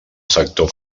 sector